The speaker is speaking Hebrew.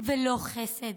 ולא חסד.